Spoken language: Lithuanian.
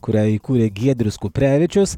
kurią įkūrė giedrius kuprevičius